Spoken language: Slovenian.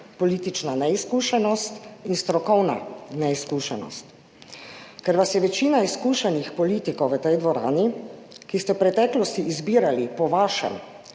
politična neizkušenost in strokovna neizkušenost. Ker vas je večina izkušenih politikov v tej dvorani, ki ste v preteklosti izbirali po vašem